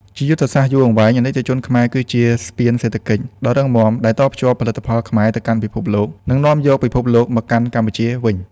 ជាយុទ្ធសាស្ត្រយូរអង្វែង អាណិកជនខ្មែរគឺជា ស្ពានសេដ្ឋកិច្ច ដ៏រឹងមាំដែលតភ្ជាប់ផលិតផលខ្មែរទៅកាន់ពិភពលោក និងនាំយកពិភពលោកមកកាន់កម្ពុជាវិញ។